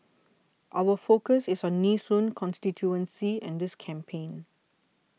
our focus is on Nee Soon constituency and this campaign